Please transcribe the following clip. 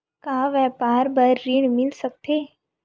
का व्यापार बर ऋण मिल सकथे?